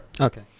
okay